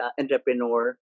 entrepreneur